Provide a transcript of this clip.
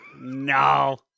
No